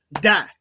die